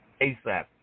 ASAP